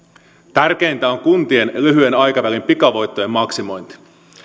tärkeintä on kuntien lyhyen aikavälin pikavoittojen maksimointi